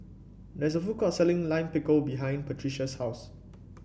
there's a food court selling Lime Pickle behind Patricia's house